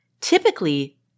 typically